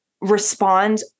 respond